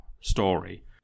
story